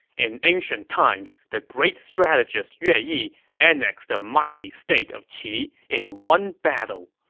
in ancient times, the great strategist yue yi annexed the mighty state of qi in one battle.